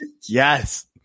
Yes